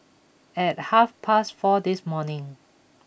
at half past four this morning